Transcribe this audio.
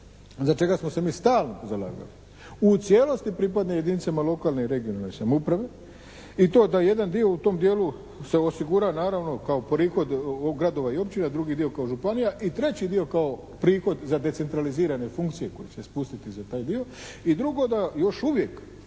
za čega smo se mi stalno zalagali, u cijelosti pripadne jedinicama lokalne i regionalne samouprave. I to da jedan dio u tom dijelu se osigura naravno kao prihod gradova i općina, drugi dio kao županija i treći dio kao prihod za decentralizirane funkcije koje se spustiti za taj dio. I drugo, da još uvijek